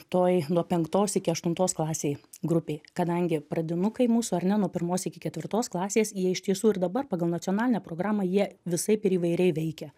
toj nuo penktos iki aštuntos klasėj grupė kadangi pradinukai mūsų ar ne nuo pirmos iki ketvirtos klasės jie iš tiesų ir dabar pagal nacionalinę programą jie visaip ir įvairiai veikia